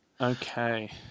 Okay